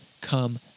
come